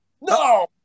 No